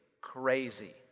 crazy